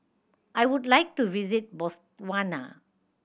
I would like to visit Botswana